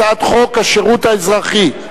הצעת חוק השירות האזרחי.